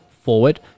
forward